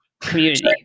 community